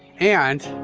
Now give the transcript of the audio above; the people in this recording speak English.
and.